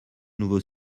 nouveau